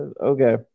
Okay